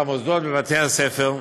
במוסדות ובבתי-הספר,